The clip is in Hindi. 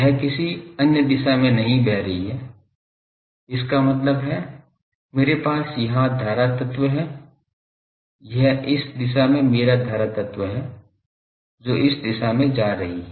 यह किसी अन्य दिशा में नहीं बह रही है इसका मतलब है मेरे पास यहां धारा तत्व है यह इस दिशा में मेरा धारा तत्व है जो इस दिशा में जा रही है